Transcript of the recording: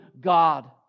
God